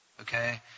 Okay